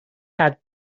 had